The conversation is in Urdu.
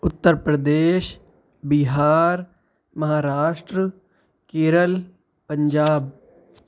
اتر پردیش بہار مہاراشٹر کیرل پنجاب